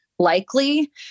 likely